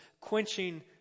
quenching